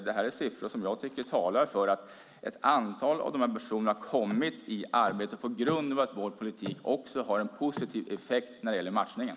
Det är siffror som jag tycker talar för att ett antal av de personerna kommit i arbete på grund av att vår politik har en positiv effekt på matchningen.